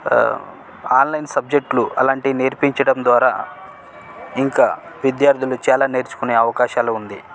online సబ్జెక్టులు అలాంటివి నేర్పించడం ద్వారా ఇంకా విద్యార్థులు చాలా నేర్చుకునే అవకాశాలు ఉంది